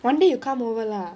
one day you come over lah